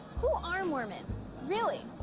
who are mormons, really?